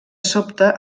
sobte